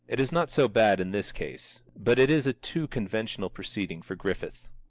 it is not so bad in this case, but it is a too conventional proceeding for griffith.